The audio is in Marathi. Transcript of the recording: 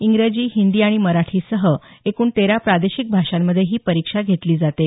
इंग्रजी हिंदी आणि मराठीसह एकूण तेरा प्रादेशिक भाषांमध्ये ही परीक्षा घेतली जाते